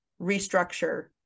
restructure